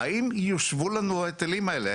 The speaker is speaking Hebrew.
האם יושבו לנו ההיטלים האלו?